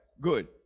Good